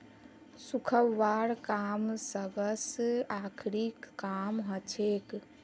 सुखव्वार काम सबस आखरी काम हछेक